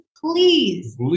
Please